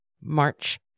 March